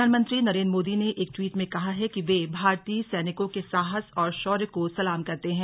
प्रधानमंत्री नरेन्द्र मोदी ने एक टवीट में कहा है कि वे भारतीय सैनिकों के साहस और शौर्य को सलाम करते हैं